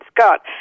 Scott